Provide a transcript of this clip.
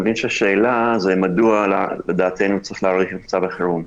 אני מבין שהשאלה היא מדוע לדעתנו צריך להאריך את מצב החירום.